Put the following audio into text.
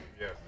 Yes